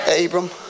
Abram